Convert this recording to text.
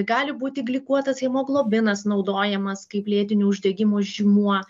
gali būti glikuotas hemoglobinas naudojamas kaip lėtinio uždegimo žymuo